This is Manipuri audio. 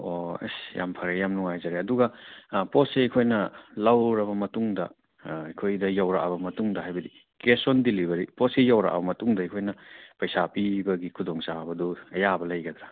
ꯑꯣ ꯑꯁ ꯌꯥꯝ ꯐꯔꯦ ꯌꯥꯝ ꯅꯨꯡꯉꯥꯏꯖꯔꯦ ꯑꯗꯨꯒ ꯑꯥ ꯄꯣꯠꯁꯤ ꯑꯩꯈꯣꯏꯅ ꯂꯧꯔꯕ ꯃꯇꯨꯡꯗ ꯑꯥ ꯑꯩꯈꯣꯏꯗ ꯌꯧꯔꯛꯂꯕ ꯃꯇꯨꯡꯗ ꯍꯥꯏꯕꯗꯤ ꯀꯦꯁ ꯑꯣꯟ ꯗꯤꯂꯤꯕꯔꯤ ꯄꯣꯠꯁꯤ ꯌꯧꯔꯛꯂꯕ ꯃꯇꯨꯡꯗ ꯑꯩꯈꯣꯏꯅ ꯄꯩꯁꯥ ꯄꯤꯕꯒꯤ ꯈꯨꯗꯣꯡ ꯆꯥꯕꯗꯨ ꯑꯌꯥꯕ ꯂꯩꯒꯗ꯭ꯔꯥ